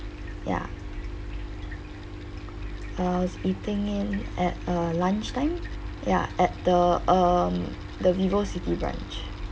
ya I was eating in at a lunch time ya at the um the vivo city branch